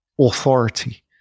authority